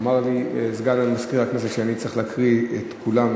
אמר לי סגן מזכירת הכנסת שאני צריך להקריא את שמות כולם,